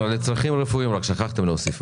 אבל רק לצרכים רפואיים, שכחתם להוסיף.